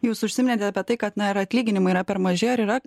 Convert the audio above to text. jūs užsiminėte apie tai kad na ir atlyginimai yra per maži ar yra